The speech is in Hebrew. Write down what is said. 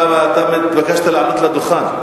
אתה התבקשת לעלות לדוכן.